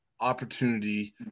opportunity